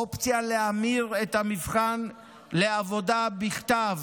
אופציה להמיר את המבחן בעבודה בכתב,